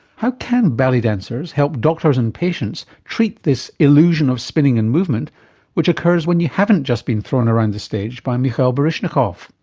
how can ballet dancers help doctors and patients treat this illusion of spinning and movement which occurs when you haven't just been thrown around the stage by mikhail baryshnikov?